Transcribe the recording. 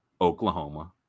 Oklahoma